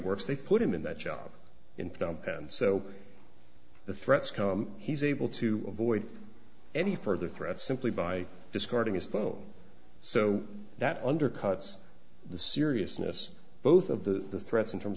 works they put him in that job in phnom penh so the threats come he's able to avoid any further threats simply by discarding his phone so that undercuts the seriousness both of the the threats in terms